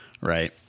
right